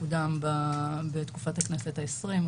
שקודם בתקופת הכנסת העשרים.